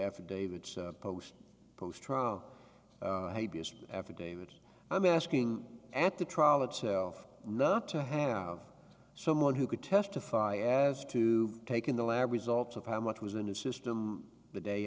affidavits post post trial affidavit i'm asking at the trial itself not to have someone who could testify as to take in the lab results of how much was in his system the day